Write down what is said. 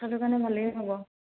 সেইটো কাৰণে ভালেই হ'ব